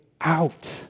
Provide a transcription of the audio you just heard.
out